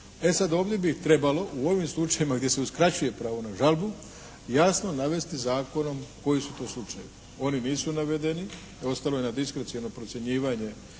E sad ovdje bi trebalo u ovim slučajevima gdje se uskraćuje pravo na žalbu jasno navesti zakonom koji su to slučajevi. Oni nisu navedeni, ostalo je na diskreciono procjenjivanje